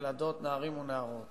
ילדות, נערים ונערות